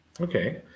Okay